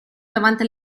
davanti